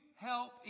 help